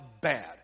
bad